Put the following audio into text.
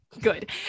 good